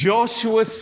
Joshua